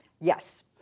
Yes